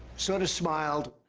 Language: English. sort of smiled.